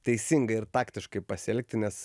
teisingai ir taktiškai pasielgti nes